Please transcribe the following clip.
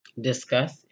discuss